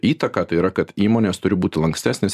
įtaką tai yra kad įmonės turi būti lankstesnės